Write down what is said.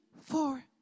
four